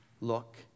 look